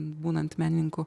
būnant menininku